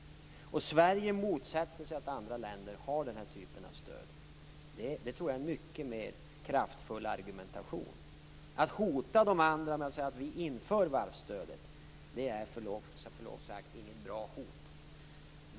Sverige motsätter sig att andra länder har den typen av stöd. Jag tror att det är en mycket kraftfullare argumentation. Att hota de andra genom att säga att vi skall införa varvsstöd är, med förlov sagt, inget bra hot.